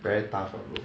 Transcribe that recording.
very tough ah bro